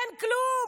אין כלום,